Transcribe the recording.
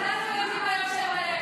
כולנו יודעים מה יושב עליך.